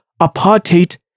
apartheid